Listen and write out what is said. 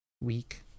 week